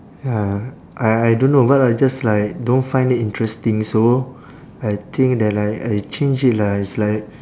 ya I I don't know but I just like don't find it interesting so I think that like I change it lah it's like